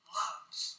loves